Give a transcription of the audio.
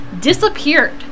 disappeared